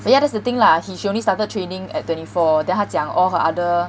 ah yeah that's the thing lah she she only started training at twenty four then 他讲 all her other